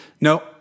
No